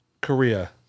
Korea